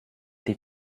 dich